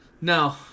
no